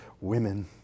women